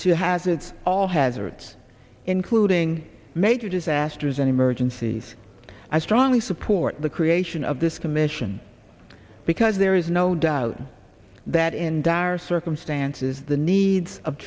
hazards all hazards including major disasters and emergencies i strongly support the creation of this commission because there is no doubt that in dire circumstances the needs of